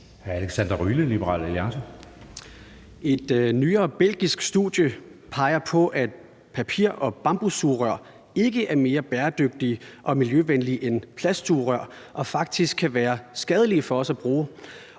Et nyere belgisk studie peger på, at papir- og bambussugerør ikke er mere bæredygtige og miljøvenlige end plastiksugerør, og at de faktisk kan være skadelige for os at bruge.